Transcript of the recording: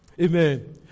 Amen